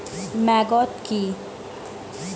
Maggot কি?